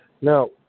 Now